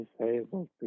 disabled